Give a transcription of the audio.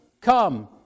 Come